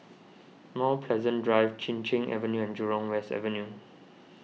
Mount Pleasant Drive Chin Cheng Avenue and Jurong West Avenue